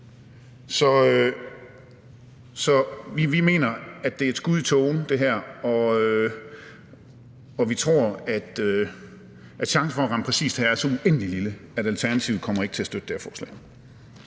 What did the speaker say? Så vi mener, at det her er et skud i tågen, og vi tror, at chancen for at ramme præcist her er så uendelig lille, at Alternativet ikke kommer til at støtte det her forslag